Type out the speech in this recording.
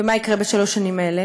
ומה יקרה בשלוש השנים האלה?